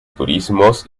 turismos